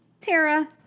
Tara